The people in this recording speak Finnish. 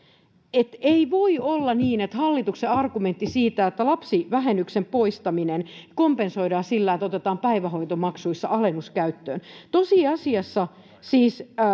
että ei voi olla niin kuten hallituksen argumentti on että lapsivähennyksen poistaminen kompensoidaan sillä että otetaan päivähoitomaksuissa alennus käyttöön tosiasiassa siis